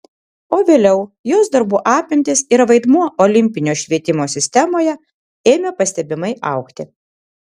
o vėliau jos darbų apimtys ir vaidmuo olimpinio švietimo sistemoje ėmė pastebimai augti